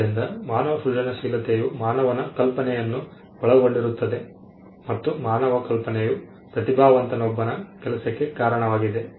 ಆದ್ದರಿಂದ ಮಾನವ ಸೃಜನಶೀಲತೆಯು ಮಾನವನ ಕಲ್ಪನೆಯನ್ನು ಒಳಗೊಂಡಿರುತ್ತದೆ ಮತ್ತು ಮಾನವ ಕಲ್ಪನೆಯು ಪ್ರತಿಭಾವಂತನೊಬ್ಬನ ಕೆಲಸಕ್ಕೆ ಕಾರಣವಾಗಿದೆ